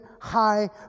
high